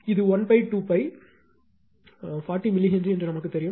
இது 1 2π 40 millihenry என்று நமக்குத் தெரியும்